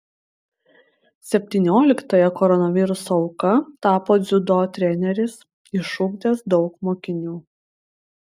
septynioliktąja koronaviruso auka tapo dziudo treneris išugdęs daug mokinių